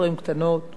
איכותיות.